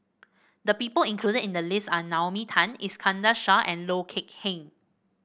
the people included in the list are Naomi Tan Iskandar Shah and Loh Kok Heng